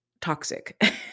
toxic